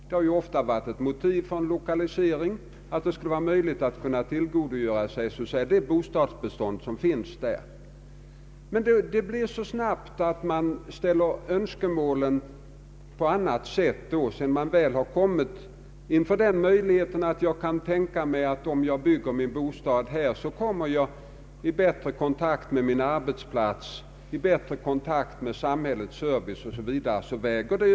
Det har ofta varit ett motiv för en lokalisering att det skulle vara möjligt att tillgodogöra sig det bostadsbestånd som finns inom regionen. Men det händer ofta att sedan man väl fått önskemålet om en lokalisering förverkligat så reser man helt andra önskemål i fråga om bostäder. Då säger man kanske att om man får bygga bostäder på orten kan de anställda få bättre kontakt med sin arbetsplats, med samhällets serviceanordningar 0O.s.v.